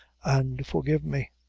an' forgive me.